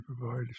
provide